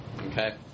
Okay